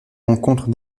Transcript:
rencontres